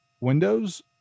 Windows